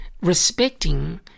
respecting